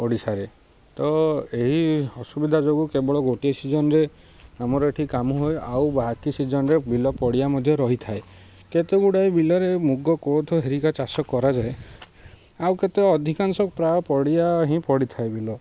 ଓଡ଼ିଶାରେ ତ ଏହି ଅସୁବିଧା ଯୋଗୁଁ କେବଳ ଗୋଟିଏ ସିଜନ୍ରେ ଆମର ଏଇଠି କାମ ହୁଏ ଆଉ ବାକି ସିଜନ୍ରେ ବିଲ ପଡ଼ିଆ ମଧ୍ୟ ରହିଥାଏ କେତେ ଗୁଡ଼ାଏ ବିଲରେ ମୁଗ କୋଳଥ ହେରିକା ଚାଷ କରାଯାଏ ଆଉ କେତେ ଅଧିକାଂଶ ପ୍ରାୟ ପଡ଼ିଆ ହିଁ ପଡ଼ିଥାଏ ବିଲ